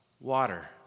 water